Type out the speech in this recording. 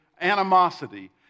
animosity